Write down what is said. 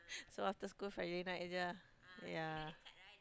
so after school Friday night sahaja lah